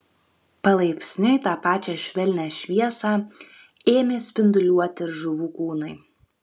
palaipsniui tą pačią švelnią šviesą ėmė spinduliuoti ir žuvų kūnai